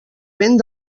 vent